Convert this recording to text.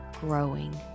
growing